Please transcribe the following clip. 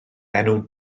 enw